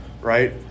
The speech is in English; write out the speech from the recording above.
right